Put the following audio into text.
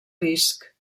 risc